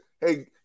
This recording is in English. hey